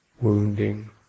wounding